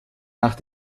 nach